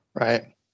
Right